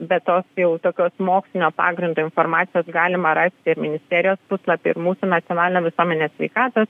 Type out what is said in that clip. be to jau tokios mokslinio pagrindo informacijos galima rasti ministerijos puslapyje ir mūsų nacionalinio visuomenės sveikatos